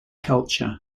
culture